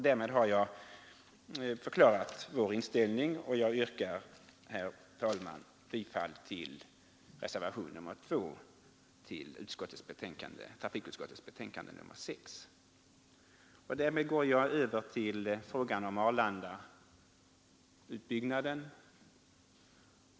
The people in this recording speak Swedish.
Därmed har jag förklarat vår inställning, och jag yrkar, herr talman, bifall till reservationen 2 vid trafikutskottets betänkande nr 6. Jag går så över till frågan om Arlandautbyggnaden.